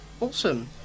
Awesome